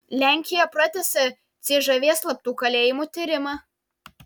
lenkija pratęsė cžv slaptų kalėjimų tyrimą